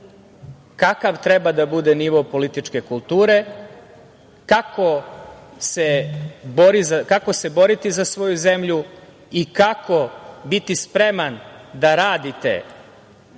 kakav treba da bude nivo političke kulture, kako se boriti za svoju zemlju i kako biti spreman da radite